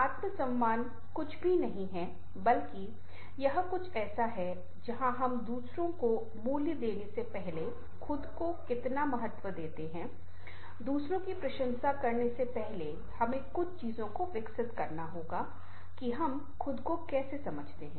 आत्मसम्मान कुछ भी नहीं है बल्कि यह कुछ ऐसा है जहा हम दूसरों को मूल्य देने से पहले खुद को कितना महत्व देते हैं दूसरों की प्रशंसा करने से पहले हमें कुछ चीजों को विकसित करना होगा कि हम खुद को कैसे समझते हैं